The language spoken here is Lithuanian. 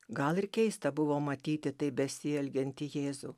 gal ir keista buvo matyti taip besielgiantį jėzų